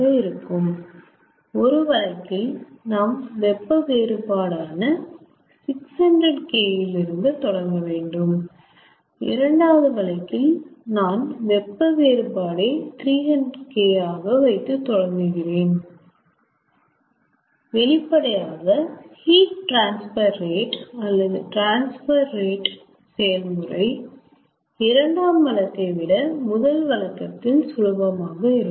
ஆக ஒரு வழக்கில் நாம் வெப்ப வேறுபாடான 600K இல் இருந்து தொடங்க வேண்டும் இரண்டாவது வழக்கில் நான் வெப்ப வேறுபாடே 300 K ஆக வைத்து தொடங்குகிறேன் வெளிப்படையாக ஹீட் ட்ரான்ஸ்பர் ரேட் அல்லது ட்ரான்ஸ்பர் ரேட் செயல்முறை இரண்டாம் வழக்கை விட முதல் வழக்கத்தில் சுலபமாக இருக்கும்